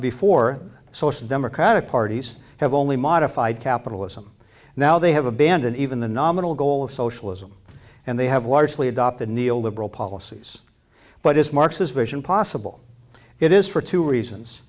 before social democratic parties have only modified capitalism now they have abandoned even the nominal goal of socialism and they have largely adopted neo liberal policies but is marx his vision possible it is for two reasons